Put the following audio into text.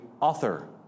author